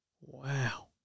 Wow